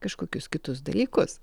kažkokius kitus dalykus